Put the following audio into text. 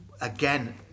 again